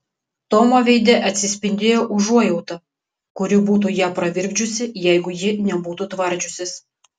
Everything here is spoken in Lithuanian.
tomo veide atsispindėjo užuojauta kuri būtų ją pravirkdžiusi jeigu ji nebūtų tvardžiusis